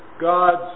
God's